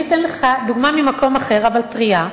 אתן לך דוגמה ממקום אחר, אבל טרייה,